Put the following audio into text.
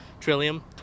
Trillium